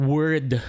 Word